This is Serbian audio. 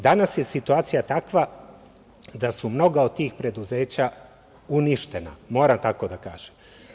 Danas je situacija takva da su mnoga od tih preduzeća uništena, moram tako da kažem.